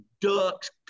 Ducks